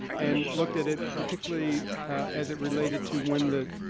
and looked at it particularly as it related to when the